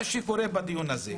מה שקורה בדיון הזה,